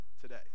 today